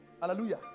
Hallelujah